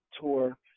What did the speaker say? tour